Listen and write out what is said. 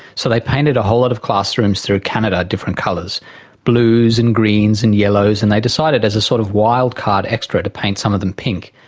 so they painted a whole lot of classrooms through canada different colours blues and greens and yellows and they decided as a sort of wildcard extra to paint some of them pink,